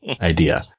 idea